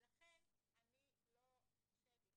ולכן קשה לי